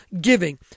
giving